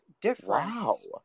difference